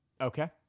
Okay